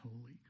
holy